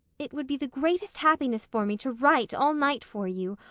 it would be the greatest happiness for me to write all night for you,